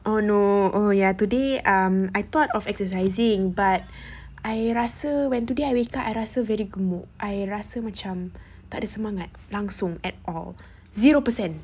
oh no oh ya today um I thought of exercising but I rasa when today I wake up I rasa very good mood I rasa macam tak ada semangat langsung at all zero percent